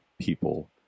people